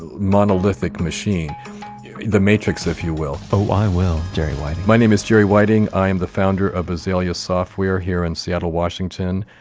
monolithic the matrix if you will oh, i will. jerry whiting my name is jerry whiting. i'm the founder of azalea software here in seattle, washington.